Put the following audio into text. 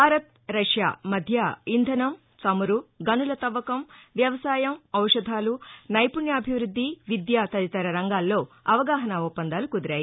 Bharat Russia మధ్య ఇంధనం చమురు గనుల తవ్వకం వ్యవసాయం ఔషధాలు నైపుణ్యాభివృద్ధి విద్య తదితర రంగాల్లో అవగాహన ఒప్పందాలు కుదిరాయి